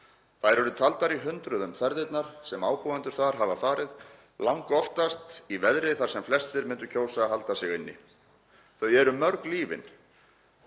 Þær eru taldar í hundruðum björgunarferðirnar sem ábúendur þar hafa farið, langoftast í veðri þar sem flestir myndu kjósa að halda sig inni. Þau eru mörg lífin